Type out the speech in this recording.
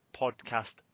Podcast